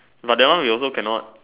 but that one we also cannot